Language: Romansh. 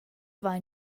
vain